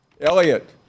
Elliot